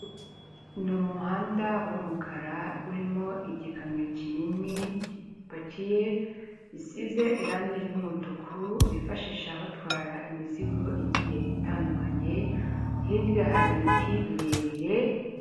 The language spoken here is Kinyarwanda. Ni umuhanda w'umukara urimo igikamyo kinini gipakiye, gisize irangi ry'umutuku, bifashisha batwara imizigo igiye itandukanye, hirya hari ibiti birebire.